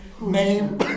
name